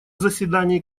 заседании